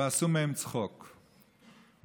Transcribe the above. ועשו מהם צחוק ולעג.